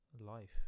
life